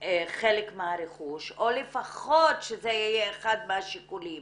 חלק מהרכוש, או לפחות שזה יהיה אחד מהשיקולים?